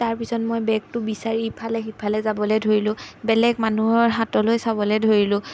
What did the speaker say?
তাৰপিছত মই বেগটো বিচাৰি ইফালে সিফালে যাবলৈ ধৰিলোঁ বেলেগ মানুহৰ হাতলৈ চাবলৈ ধৰিলোঁ